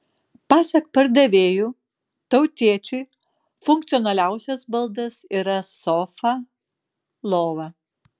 pasak pardavėjų tautiečiui funkcionaliausias baldas yra sofa lova